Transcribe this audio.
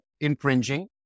infringing